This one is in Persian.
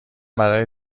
برای